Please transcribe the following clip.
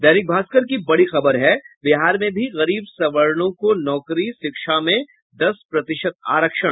दैनिक भास्कर की बड़ी खबर है बिहार में भी गरीब सवर्णों को नौकरी शिक्षा में दस प्रतिशत आरक्षण